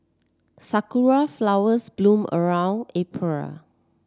sakura flowers bloom around April